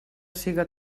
siga